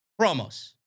promos